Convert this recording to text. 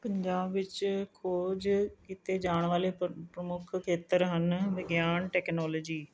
ਪੰਜਾਬ ਵਿੱਚ ਖੋਜ ਕੀਤੇ ਜਾਣ ਵਾਲੇ ਪ੍ਰ ਪ੍ਰਮੁੱਖ ਖੇਤਰ ਹਨ ਵਿਗਿਆਨ ਟੈਕਨੋਲਜੀ